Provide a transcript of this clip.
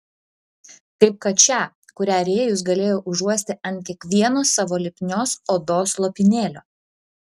kaip kad šią kurią rėjus galėjo užuosti ant kiekvieno savo lipnios odos lopinėlio